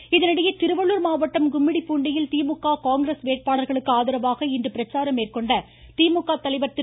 ஸ்டாலின் பிரச்சாரம் இதனிடையே திருவள்ளுர் மாவட்டம் கும்மிடி பூண்டியில் திமுக காங்கிரஸ் வேட்பாளர்களுக்கு ஆதரவாக இன்று பிரச்சாரம் மேற்கொண்ட திமுக தலைவர் திரு